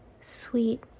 sweet